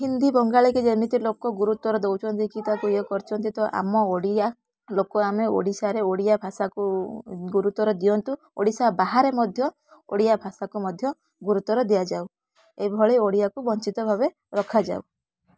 ହିନ୍ଦୀ ବଙ୍ଗାଳିକୁ ଯେମିତି ଲୋକ ଗୁରୁତର ଦେଉଛନ୍ତି କି ତାକୁ ଇଏ କରୁଛନ୍ତି ତ ଆମ ଓଡ଼ିଆ ଲୋକ ଆମ ଓଡ଼ିଶାରେ ଓଡ଼ିଆ ଭାଷାକୁ ଗୁରୁତର ଦିଅନ୍ତୁ ଓଡ଼ିଶା ବାହାରେ ମଧ୍ୟ ଓଡ଼ିଆ ଭାଷାକୁ ମଧ୍ୟ ଗୁରୁତର ଦିଆଯାଉ ଏଭଳି ଓଡ଼ିଆକୁ ବଞ୍ଚିତ ଭାବେ ରଖାଯାଉ